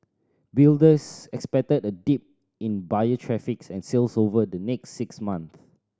builders expected a dip in buyer traffic and sales over the next six months